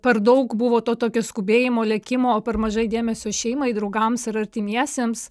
per daug buvo to tokio skubėjimo lėkimo o per mažai dėmesio šeimai draugams ir artimiesiems